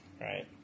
right